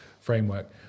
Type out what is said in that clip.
framework